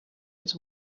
its